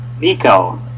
Nico